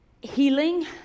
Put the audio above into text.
healing